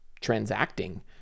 transacting